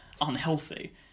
unhealthy